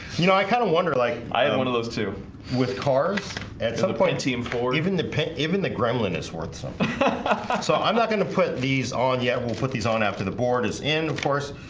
you know i kind of wondered like i haven't one of those too with cars and to the point team for even the pen even the gremlin is worth something so i'm not gonna put these on. yeah, we'll put these on after the board is in of course